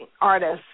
artists